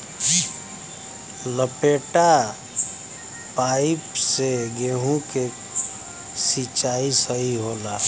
लपेटा पाइप से गेहूँ के सिचाई सही होला?